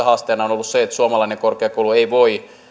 haasteena on ollut se että suomalainen korkeakoulu ei voi